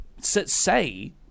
say